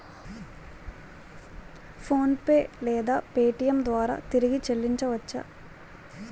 PhonePe లేదా Paytm ద్వారా తిరిగి చల్లించవచ్చ?